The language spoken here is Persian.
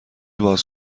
باز